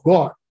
God